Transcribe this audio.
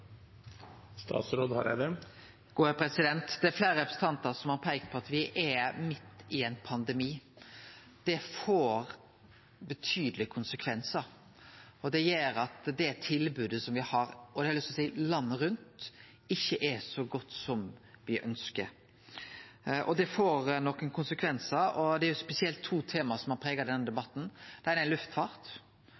midt i ein pandemi. Det får betydelege konsekvensar, og det gjer at det tilbodet som me har – landet rundt, det har eg lyst til å seie – ikkje er så godt som me ønskjer. Det får nokre konsekvensar, og det er spesielt to tema som har prega denne